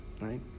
right